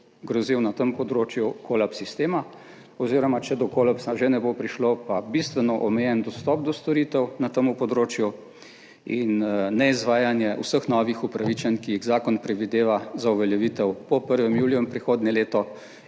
grozil na tem področju kolaps sistema oziroma, če do kolapsa že ne bo prišlo, pa bistveno omejen dostop do storitev na tem področju in neizvajanje vseh novih upravičenj, ki jih zakon predvideva za uveljavitev po 1. juliju in prihodnje leto